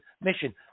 mission